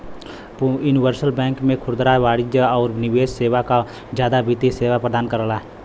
universal bank में खुदरा वाणिज्यिक आउर निवेश सेवा क जादा वित्तीय सेवा प्रदान करला